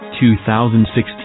2016